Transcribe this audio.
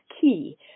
key